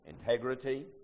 integrity